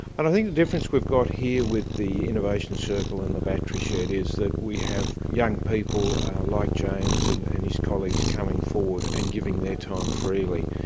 i think the difference we've got here with the innovation circle and the battery shed is that we have young people like james and and his colleagues coming forward and giving their time freely.